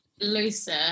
looser